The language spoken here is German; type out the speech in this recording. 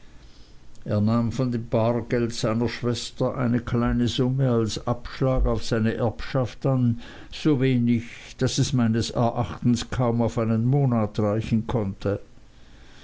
von dem bargeld seiner schwester eine kleine summe als abschlag auf seine erbschaft an so wenig daß es meines erachtens kaum auf einen monat reichen konnte